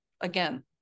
again